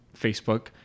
facebook